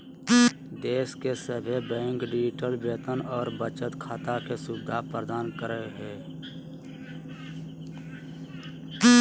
देश के सभे बैंक डिजिटल वेतन और बचत खाता के सुविधा प्रदान करो हय